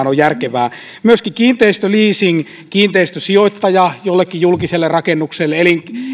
ole järkevää myöskin kiinteistöleasing kiinteistösijoittaja jollekin julkiselle rakennukselle ja